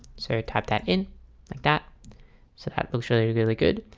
so type that in like that so that looks really really good.